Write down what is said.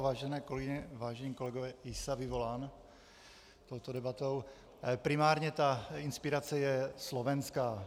Vážené kolegyně, vážení kolegové, jsa vyvolán touto debatou primárně ta inspirace je slovenská.